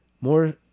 more